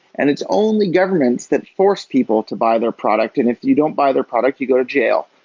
and it's only governments that force people to buy their product, and if you don't buy their product, you go to jail.